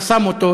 חסם אותו,